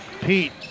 Pete